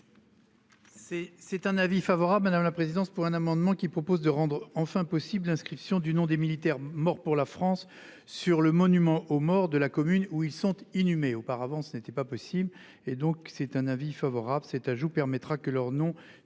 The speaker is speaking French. c'est un avis favorable. Madame la présidence pour un amendement qui propose de rendre enfin possible l'inscription du nom des militaires morts pour la France sur le monument aux morts de la commune où ils sont inhumés auparavant ce n'était pas possible et donc c'est un avis favorable cet ajout permettra que leurs noms